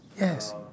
Yes